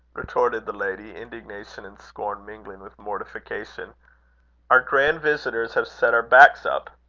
resnorted the lady, indignation and scorn mingling with mortification our grand visitors have set our backs up.